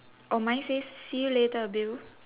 oh mine says see you later bill